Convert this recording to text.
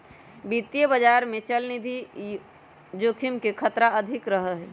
वित्तीय बाजार में चलनिधि जोखिम के खतरा अधिक रहा हई